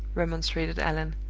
remonstrated allan